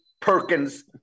Perkins